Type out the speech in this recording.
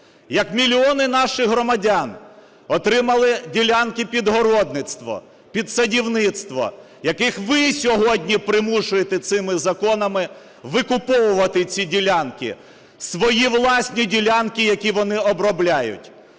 Як мільйони наших громадян отримали ділянки під городництво, під садівництво, яких ви сьогодні примушуєте цими законами викуповувати ці ділянки, свої власні ділянки, які вони обробляють.